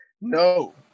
No